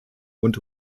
und